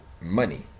money